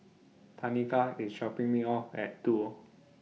Tanika IS dropping Me off At Duo